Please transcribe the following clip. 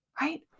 Right